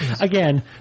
Again